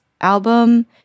album